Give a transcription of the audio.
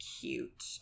cute